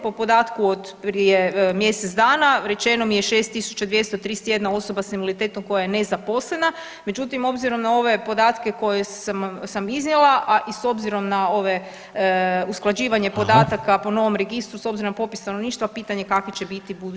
Po podatku od prije mjesec dana rečeno mi je 6.231 osoba s invaliditetom koja je nezaposlena, međutim obzirom na ove podatke koje sam iznijela, a i s obzirom ove usklađivanje podataka po novom registru s obzirom na popis stanovništva pitanje je kakve će biti buduće brojke.